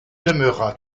demeura